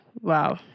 wow